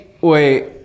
Wait